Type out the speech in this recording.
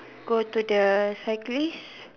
go to the cyclist